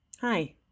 Hi